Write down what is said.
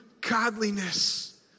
godliness